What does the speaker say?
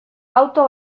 auto